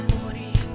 twenty